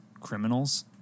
criminals